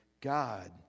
God